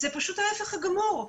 זה פשוט ההפך הגמור.